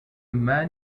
man